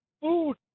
food